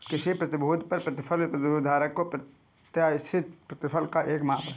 किसी प्रतिभूति पर प्रतिफल प्रतिभूति धारक को प्रत्याशित प्रतिफल का एक माप है